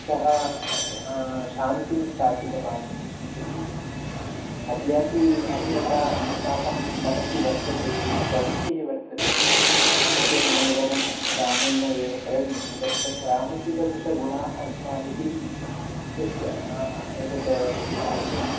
सः शान्तिं स्थापितवान् इति अद्यापि असुरता अस्माकं मनसि वर्तते दुष्प्रवृत्तिः वर्तते तस्य मूलनं रामेण एव करणीयं तदर्थं रामस्य सदृशगुणाः अस्माभिः तस्य एतत् पालनीया